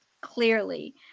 clearly